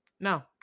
No